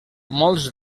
molts